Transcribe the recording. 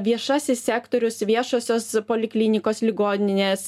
viešasis sektorius viešosios poliklinikos ligoninės